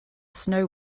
snow